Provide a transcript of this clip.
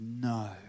no